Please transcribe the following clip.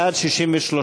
בעד, 63,